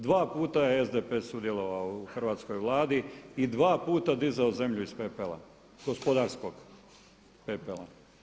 Dva puta je SDP sudjelovao u Hrvatskoj vladi i dva puta dizao zemlju iz pepela, gospodarskog pepela.